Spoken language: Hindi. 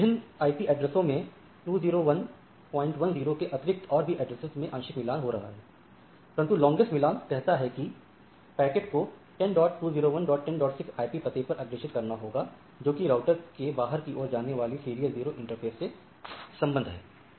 यहां विभिन्न आईपी एड्रेसों में 20110 के अतिरिक्त और भी एड्रेसो में आंशिक मिलान हो रहा है परन्तु लांगेस्ट मिलान कहता है कि पैकेट को 10201106 आईपी पते पर अग्रेषित करना होगा जो कि राउटर के बाहर की ओर जाने वाले सीरियल 0 इंटरफ़ेस से संबद्ध है